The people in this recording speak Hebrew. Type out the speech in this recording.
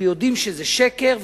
יודעים שזה שקר,